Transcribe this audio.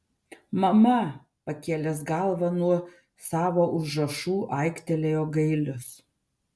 mama pakėlęs galvą nuo savo užrašų aiktelėjo gailius